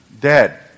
dead